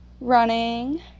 running